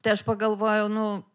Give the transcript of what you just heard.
tai aš pagalvojau nu